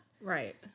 Right